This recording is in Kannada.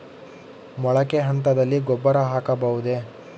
ಮೊಳಕೆ ಹಂತದಲ್ಲಿ ಗೊಬ್ಬರ ಹಾಕಬಹುದೇ?